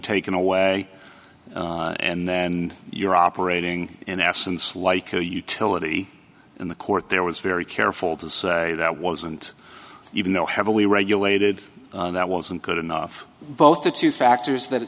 taken away and then you're operating in essence like a utility in the court there was very careful to say that wasn't even though heavily regulated that wasn't good enough both the two factors